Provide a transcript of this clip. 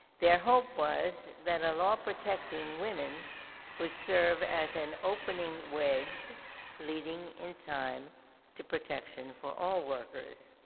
their hope was that a law protecting women would serve as an opening wedge leading in time to protection for all workers.